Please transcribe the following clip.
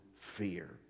fear